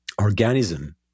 organism